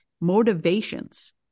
motivations